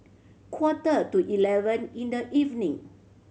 quarter to eleven in the evening